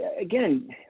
again